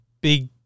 big